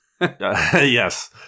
Yes